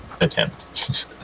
attempt